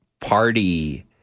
party